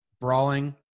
brawling